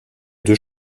deux